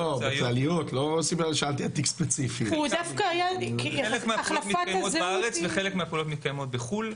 חלק מהפעולות מתקיימות בארץ וחלק בחו"ל.